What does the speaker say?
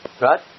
right